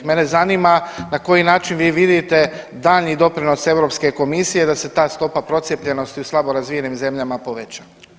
Mene zanima na koji način vi vidite daljnji doprinos Europske komisije da se ta stopa procijepljenosti u slabo razvijenim zemljama poveća?